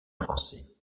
français